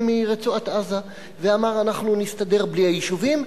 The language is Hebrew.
מרצועת-עזה ואמר: אנחנו נסתדר בלי היישובים,